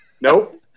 Nope